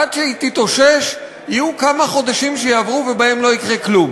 עד שהיא תתאושש יהיו כמה חודשים שיעברו ולא יקרה בהם כלום,